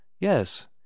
Yes